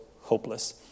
hopeless